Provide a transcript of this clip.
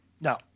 No